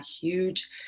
Huge